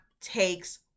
takes